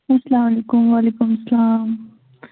اَسلامُ علیکُم وعلیکُم سَلام